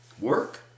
work